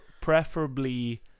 preferably